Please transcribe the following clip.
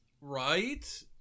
Right